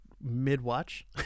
mid-watch